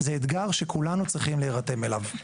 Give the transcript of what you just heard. זה אתגר שכולנו צריכים להירתם אליו.